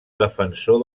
defensor